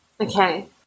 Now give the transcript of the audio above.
okay